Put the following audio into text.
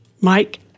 Mike